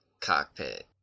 cockpit